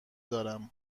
دارم